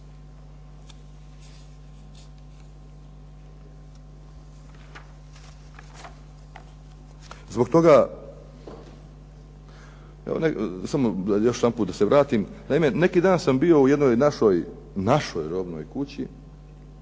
Zbog toga, evo samo još jedanput da se vratim, naime neki dan sam bio u jednoj našoj robnoj kući,